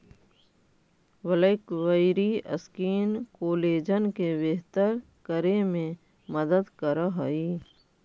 blackberry skin collagen के बेहतर करे में मदद करऽ हई